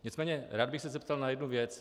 Nicméně rád bych se zeptal na jednu věc.